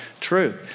truth